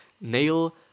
Nail